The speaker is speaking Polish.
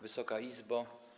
Wysoka Izbo!